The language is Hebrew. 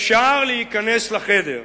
אפשר להיכנס לחדר,